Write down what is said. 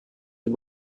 mit